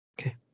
Okay